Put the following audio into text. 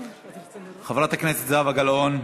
חברת הכנסת זהבה גלאון,